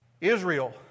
Israel